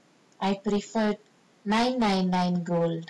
I prefer nine nine nine gold